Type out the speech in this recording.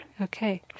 Okay